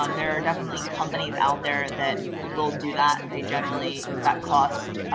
um there are definitely companies out there that will do that. they generally, that cost